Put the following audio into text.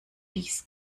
dies